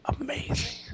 Amazing